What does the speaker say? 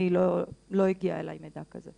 אליי לא הגיע מידע כזה.